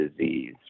disease